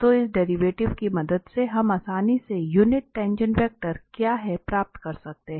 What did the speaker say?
तो इस डेरिवेटिव की मदद से हम आसानी से यूनिट टाँगेँट वेक्टर क्या है प्राप्त कर सकते हैं